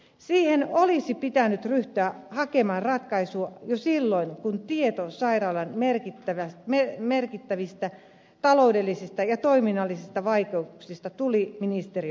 siihen olisi pitänyt ryhtyä hakemaan ratkaisua jo silloin kun tieto sairaalan merkittävistä taloudellisista ja toiminnallisista vaikeuksista tuli ministeriön tietoon